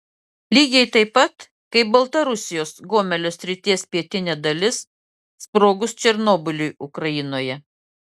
lygiai taip pat kaip baltarusijos gomelio srities pietinė dalis sprogus černobyliui ukrainoje